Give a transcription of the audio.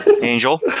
Angel